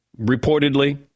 reportedly